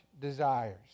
desires